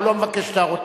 הוא לא מבקש את הערותיך.